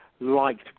liked